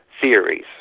theories